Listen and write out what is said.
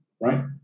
Right